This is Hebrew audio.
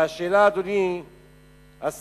והשאלה, אדוני השר,